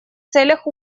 целях